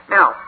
Now